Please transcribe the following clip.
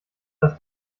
dass